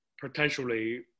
potentially